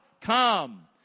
Come